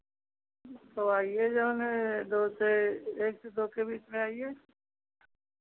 तो आइए जो है ना दो से एक दो के बीच में आइए